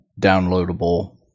downloadable